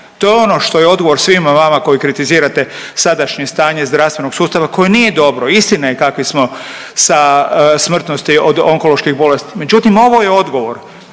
To je ono što je odgovor svima vama koji kritizirate sadašnje stanje zdravstvenog sustava koje nije dobro, istina je kakvi smo sa smrtnosti od onkoloških bolesti, međutim, ovo je odgovor.